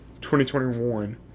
2021